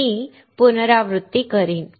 मी पुनरावृत्ती करीन